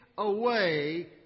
Away